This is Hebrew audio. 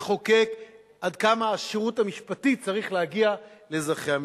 לחוקק עד כמה השירות המשפטי צריך להגיע לאזרחי המדינה.